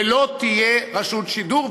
ולא תהיה רשות שידור,